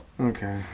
Okay